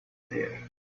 there